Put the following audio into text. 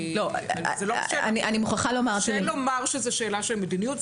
קשה לומר שזאת שאלה של מדיניות.